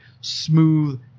Smooth